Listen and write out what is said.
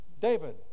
David